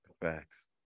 Facts